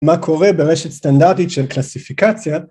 מה קורה ברשת סטנדרטית של קלסיפיקציה.